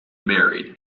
married